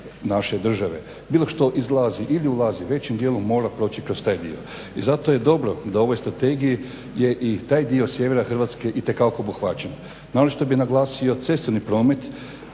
naše države. Bilo što izlazi ili ulazi većim dijelom mora proći kroz taj dio. I zato je dobro da i ovoj Strategiji je i taj dio sjevera Hrvatske itekako obuhvaćen. Naročito bih naglasio cestovni promet